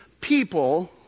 people